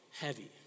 heavy